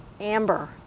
amber